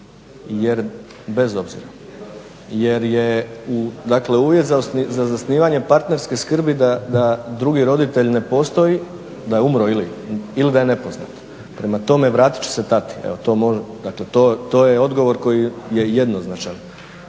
se vratiti tati jer je uvjet za zasnivanje partnerske skrbi da drugi roditelj ne postoji, da je umro ili da je nepoznat, prema tome vratit će se tati. To je odgovor koji je jednoznačan.